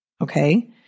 okay